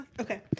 Okay